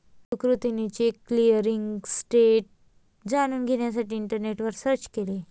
सुकृतीने check clearing status जाणून घेण्यासाठी इंटरनेटवर सर्च केले